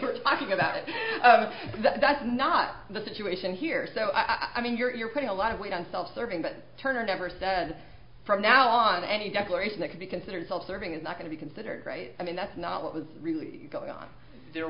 were talking about it that's not the situation here so i mean you're putting a lot of weight on self serving but turner never said from now on any declaration that could be considered self serving is not going to be considered great i mean that's not what was really going on there